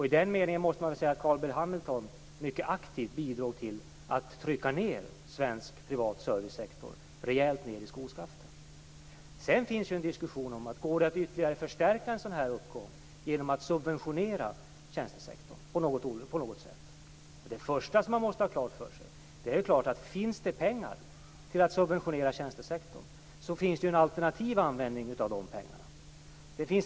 I det avseendet måste man nog säga att Carl B Hamilton mycket aktivt bidrog till att svensk privat servicesektor trycktes ned rejält i skoskaften. Det förs en diskussion om det går att ytterligare förstärka en sådan här uppgång genom att på något sätt subventionera tjänstesektorn. Det första som man måste ha klart för sig är att det, om det finns pengar till att subventionera tjänstesektorn, finns en alternativ användning av de pengarna.